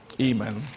Amen